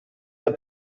der